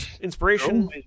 inspiration